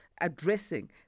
addressing